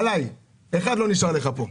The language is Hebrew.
אחד לא נשאר לך פה.